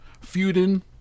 feuding